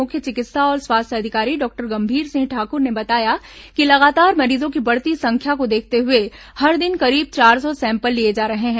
मुख्य चिकित्सा और स्वास्थ्य अधिकारी डॉक्टर गंभीर सिंह ठाकुर ने बताया कि लगातार मरीजों की बढ़ती संख्या को देखते हुए हर दिन करीब चार सौ सैंपल लिए जा रहे हैं